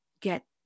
get